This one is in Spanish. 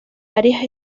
varias